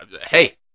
Hey